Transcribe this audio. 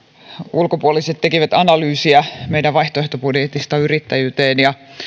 ulkopuoliset tekivät analyysia meidän vaihtoehtobudjetista suhteessa yrittäjyyteen ja